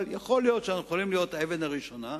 אבל יכול להיות שאנחנו יכולים להיות האבן הראשונה,